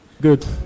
Good